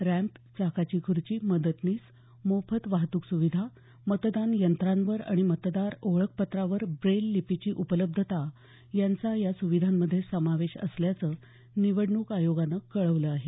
ramp चाकाची खुर्ची मदतनीस मोफत वाहतूक सुविधा मतदान यंत्रांवर आणि मतदार ओळखपत्रावर ब्रेल लिपीची उपलब्धता यांचा या सुविधांमध्ये समावेश असल्याचं निवडणूक आयोगानं कळवलं आहे